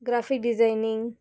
graphic designing